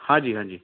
हाँ जी हाँ जी